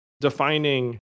defining